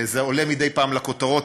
זה עולה מדי פעם לכותרות,